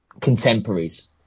contemporaries